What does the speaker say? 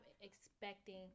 expecting